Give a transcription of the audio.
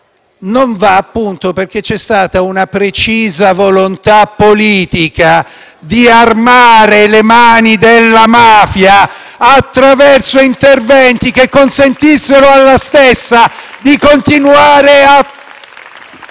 non va, appunto, perché c'è stata una precisa volontà politica di armare le mani della mafia attraverso interventi che consentissero alla stessa di continuare a